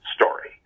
story